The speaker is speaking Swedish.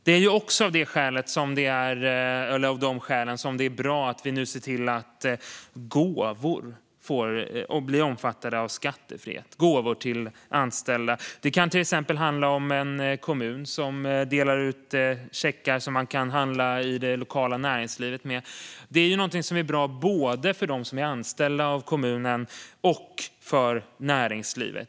Det är av de skälen som det är bra att vi nu ser till att gåvor till anställda blir omfattade av skattefrihet. Det kan handla om att en kommun delar ut checkar som man kan handla med i det lokala näringslivet. Det är ju något som är bra både för dem som är anställda av kommunen och för näringslivet.